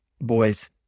boys